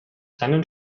seinen